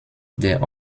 der